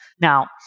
Now